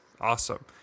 Awesome